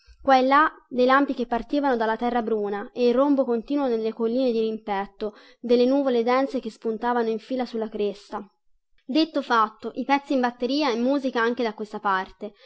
e là dei lampi che partivano dalla terra bruna e il rombo continuo nelle colline dirimpetto delle nuvolette dense che spuntavano in fila sulla cresta detto fatto i pezzi in batteria e musica anche da questa parte